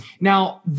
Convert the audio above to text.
Now